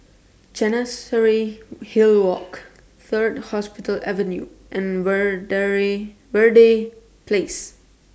Chancery Hill Walk Third Hospital Avenue and Verde Place